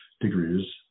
degrees